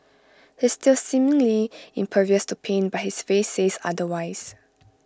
he's still seemingly impervious to pain but his face says otherwise